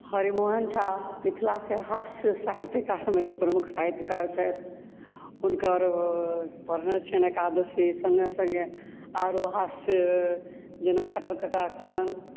हरिमोहन झा मिथिलाके हास्य साहित्यकारमे एक प्रमुख साहित्यकार छथि हुनकर पढ़ने छियनि एकादशी आरो सङ्गे सङ्गे हास्य जेना खट्टर ककाक तरङ्ग